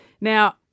Now